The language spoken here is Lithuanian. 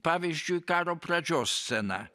pavyzdžiui karo pradžios scena